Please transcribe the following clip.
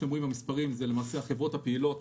המספרים שמוצגים כאן מראים את החברות הפעילות